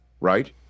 right